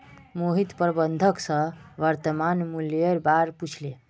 मोहित प्रबंधक स वर्तमान मूलयेर बा र पूछले